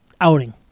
outing